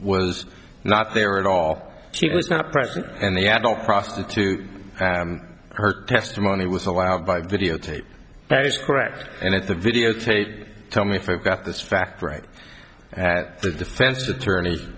was not there at all she was not present and the adult prostitute her testimony was allowed by videotape that is correct and if the videotape tell me if i've got this fact right at the defense attorney